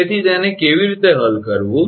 તેથી તેને કેવી રીતે હલ કરવું